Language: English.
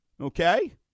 okay